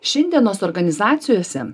šiandienos organizacijose